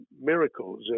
miracles